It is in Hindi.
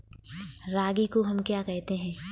रागी को हम क्या कहते हैं?